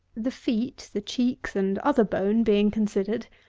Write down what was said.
the feet, the cheeks, and other bone, being considered,